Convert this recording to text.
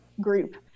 group